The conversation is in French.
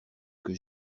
que